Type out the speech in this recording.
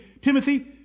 Timothy